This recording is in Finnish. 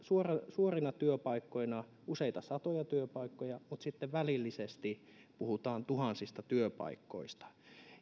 suorina työpaikkoina tulee useita satoja työpaikkoja mutta sitten välillisesti puhutaan tuhansista työpaikoista